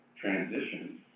transition